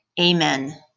Amen